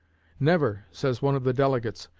never, says one of the delegates,